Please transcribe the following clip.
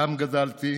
שם גדלתי.